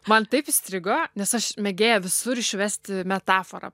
man taip įstrigo nes aš mėgėja visur išvesti metaforą